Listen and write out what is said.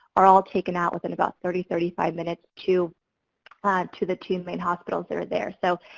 are all taken out within about thirty thirty five minutes to ah to the two main hospitals that are there. so,